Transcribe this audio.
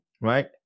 right